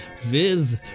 viz